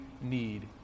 need